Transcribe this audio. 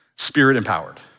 Spirit-empowered